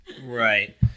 Right